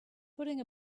putting